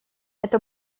это